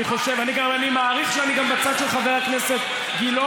אני מעריך שאני גם בצד של חבר הכנסת גילאון,